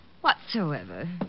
whatsoever